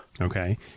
Okay